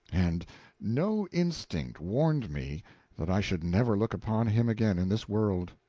and no instinct warned me that i should never look upon him again in this world!